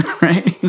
right